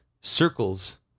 circles